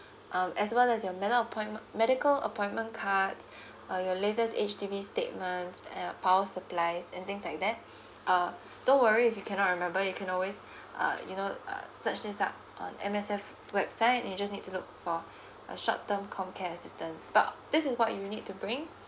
um as well as your medi~ point medical appointment card uh your latest H_D_B statements and uh power supplies and things like that uh don't worry if you cannot remember you can always uh you know uh search this up on M_S_F website you just need to look for a short term comcare assistance but this is what you need to bring